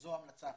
זו המלצה אחת.